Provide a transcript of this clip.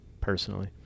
personally